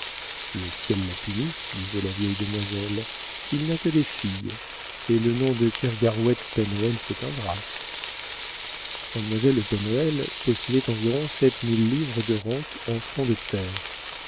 le ciel l'a puni disait la vieille demoiselle il n'a que des filles et le nom de kergarouët pen hoël s'éteindra mademoiselle de pen hoël possédait environ sept mille livres de rentes en fonds de terre